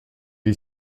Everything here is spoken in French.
est